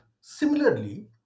Similarly